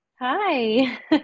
Hi